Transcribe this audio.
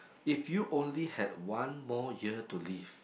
if you only had one more year to live